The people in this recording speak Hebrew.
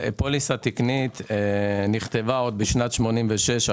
פוליסה תקנית נכתבה בשנת 1986,